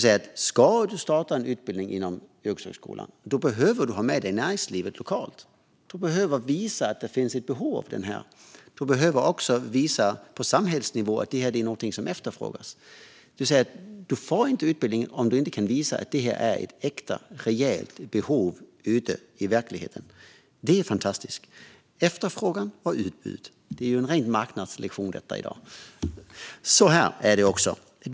Ska du starta en utbildning inom yrkeshögskolan behöver du alltså ha med dig näringslivet lokalt. Du behöver visa att det finns ett behov av utbildningen. Du behöver också visa att detta är något som efterfrågas på samhällsnivå. Du får inte utbildningen om du inte kan visa att det finns ett äkta, rejält behov ute i verkligheten. Det är fantastiskt - efterfrågan och utbud. Det är en ren marknadslektion. Så här är det också.